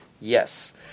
Yes